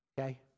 okay